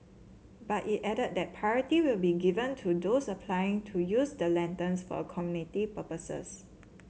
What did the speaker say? but it added that priority will be given to those applying to use the lanterns for community purposes